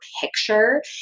picture